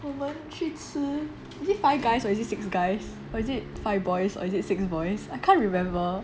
我们去吃 is it Five Guys or is it six guys or is it five boys or is it six boys I can't remember